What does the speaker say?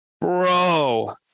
bro